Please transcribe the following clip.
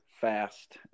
fast